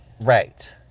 Right